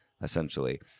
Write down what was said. essentially